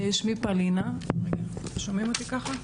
שמי פאלינה, אני אתחיל מזה שאני דיירת,